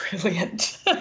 brilliant